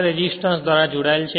resistance ધ્વારા જોડાયેલ છે